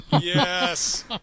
Yes